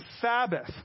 Sabbath